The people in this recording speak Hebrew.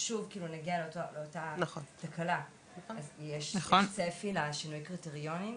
נגיע לאותה תקלה, אז יש לך צפי לשינוי קריטריונים?